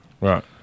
Right